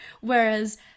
whereas